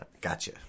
Gotcha